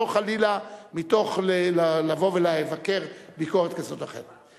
לא חלילה מתוך לבוא ולבקר ביקורת כזאת או אחרת.